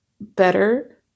better